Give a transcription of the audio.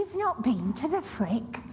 not been to the frick?